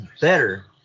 better